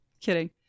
Kidding